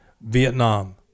Vietnam